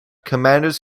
commanders